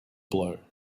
blow